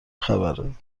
خبره